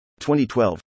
2012